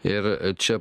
ir čia